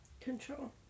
Control